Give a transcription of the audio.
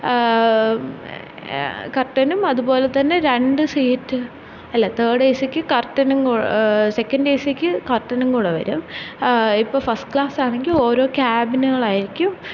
കർട്ടനും അതുപോലെത്തന്നെ രണ്ട് സീറ്റ് അല്ല തേർഡ് ഏ സിക്ക് കർട്ടനും സെക്കൻഡ് ഏ സിക്ക് കർട്ടനും കൂടെ വരും ഇപ്പോള് ഫസ്റ്റ് ക്ലാസ്സാണെങ്കില് ഓരോ ക്യാബിനുകളായിരിക്കും